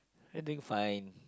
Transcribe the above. everything fine